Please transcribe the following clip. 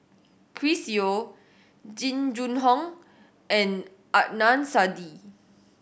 Chris Yeo Jing Jun Hong and Adnan Saidi